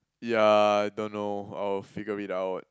yeah I don't know I'll figure it out